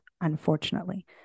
unfortunately